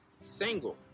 single